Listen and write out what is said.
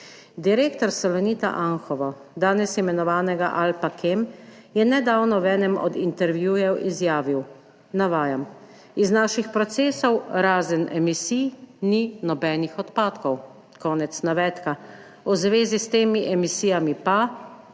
Direktor Salonita Anhovo, danes imenovanega Alpacem, je nedavno v enem od intervjujev izjavil, navajam: »Iz naših procesov, razen emisij, ni nobenih odpadkov.« Konec navedka. V zvezi s temi emisijami pa,